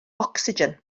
ocsigen